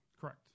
Correct